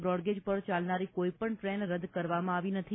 broad gauge પર ચાલનારી કોઈપણ ટ્રેન રદ કરવામાં આવી નથી